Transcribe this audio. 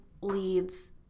leads